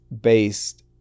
based